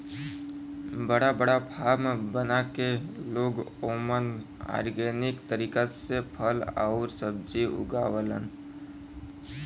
बड़ा बड़ा फार्म बना के लोग ओमन ऑर्गेनिक तरीका से फल आउर सब्जी उगावलन